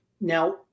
Now